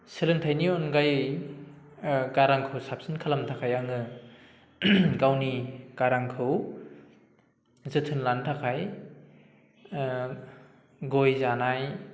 सोलोंथाइनि अनगायै गारांखौ साबसिन खालामनो थाखाय आङो गावनि गारांखौ जोथोन लानो थाखाय गय जानाय